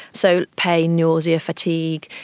so pain, nausea, fatigue,